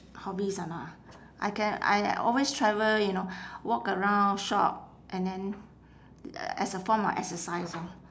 hobbies or not ah I can I always travel you know walk around shop and then as a form of exercise orh